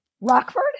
Rockford